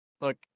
Look